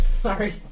Sorry